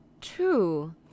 True